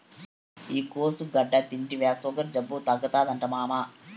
ఈ కోసుగడ్డ తింటివా సుగర్ జబ్బు తగ్గుతాదట మామా